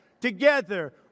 together